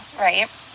right